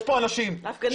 זאת הפגנה.